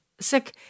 sick